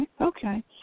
Okay